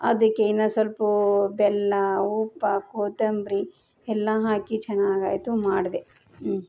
ಅದಕ್ಕೆ ಇನ್ನೂ ಸಲ್ಪ ಬೆಲ್ಲ ಉಪ್ಪು ಕೊತ್ತಂಬ್ರಿ ಎಲ್ಲ ಹಾಕಿ ಚೆನ್ನಾಗಾಯ್ತು ಮಾಡಿದೆ ಹ್ಞೂ